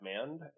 command